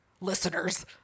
listeners